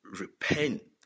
repent